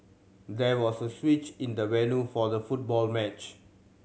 there was a switch in the venue for the football match